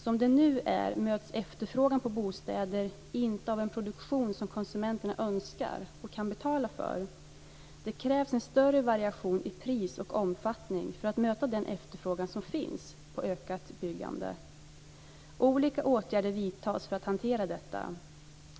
Som det nu är möts efterfrågan på bostäder inte av en produktion som konsumenterna önskar och kan betala för. Det krävs en större variation i pris och omfattning för att möta den efterfrågan som finns på ökat byggande. Olika åtgärder vidtas för att hantera detta.